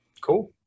Cool